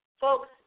folks